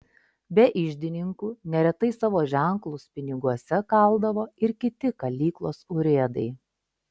be iždininkų neretai savo ženklus piniguose kaldavo ir kiti kalyklos urėdai